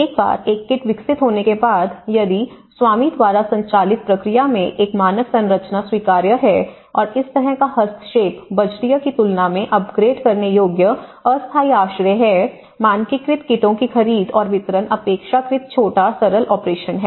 एक बार एक किट विकसित होने के बाद यदि यदि स्वामी द्वारा संचालित प्रक्रिया में एक मानक संरचना स्वीकार्य है और इस तरह का हस्तक्षेप बजटीय की तुलना में अपग्रेड करने योग्य अस्थायी आश्रय है मानकीकृत किटों की खरीद और वितरण अपेक्षाकृत छोटा सरल ऑपरेशन है